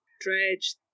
Dredge